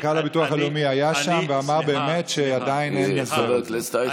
מנכ"ל הביטוח הלאומי היה שם ואמר שעדיין אין הסדר לזה.